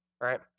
right